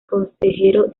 consejero